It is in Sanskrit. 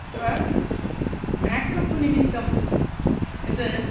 अत्र मेकप् निमित्तं यत्